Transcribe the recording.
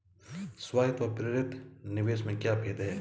स्वायत्त व प्रेरित निवेश में क्या भेद है?